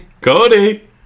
Cody